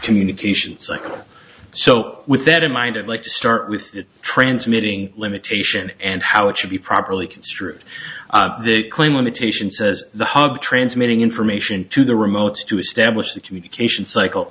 communication cycle so with that in mind and like to start with the transmitting limitation and how it should be properly construed the claim limitation says the hub transmitting information to the remotes to establish the communication cycle